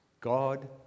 God